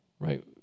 Right